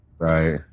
Right